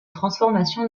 transformation